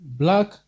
black